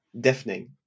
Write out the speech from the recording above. deafening